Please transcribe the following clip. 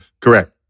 Correct